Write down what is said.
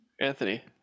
Anthony